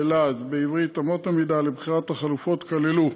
בלעז, בעברית: אמות המידה, לבחירת החלופות כללו: